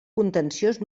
contenciós